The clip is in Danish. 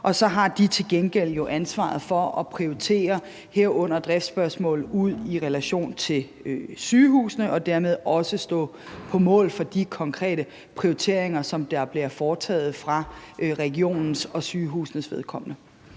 og så har de til gengæld ansvaret for at prioritere, herunder i forhold til driftsspørgsmål, i relation til sygehusene, og dermed står de også på mål for de konkrete prioriteringer, som der bliver foretaget for regionens og sygehusenes vedkommende.